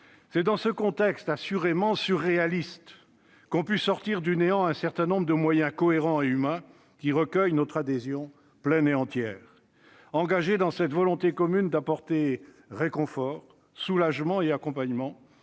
C'est dans ce contexte, assurément surréaliste, qu'ont pu sortir du néant des moyens cohérents avec nos ambitions et plus humains, lesquels recueillent notre adhésion pleine et entière. Engagés dans cette volonté commune d'apporter réconfort, soulagement et accompagnement,